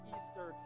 Easter